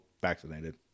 vaccinated